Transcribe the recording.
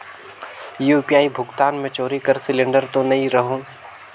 UPI भुगतान मे चोरी कर सिलिंडर तो नइ रहु?